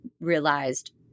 realized